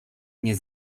nie